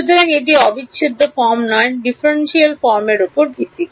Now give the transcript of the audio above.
সুতরাং এটি অবিচ্ছেদ্য ফর্ম নয় ডিফারেন্সিয়াল ফর্মের উপর ভিত্তি করে